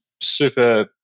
super